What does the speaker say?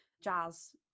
Jazz